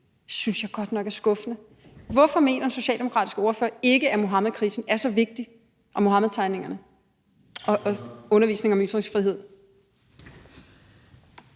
synes jeg godt nok er skuffende. Hvorfor mener den socialdemokratiske ordfører ikke, at Muhammedkrisen og Mohammedtegningerne og undervisning om ytringsfrihed